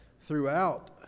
throughout